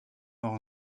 nog